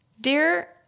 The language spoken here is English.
Dear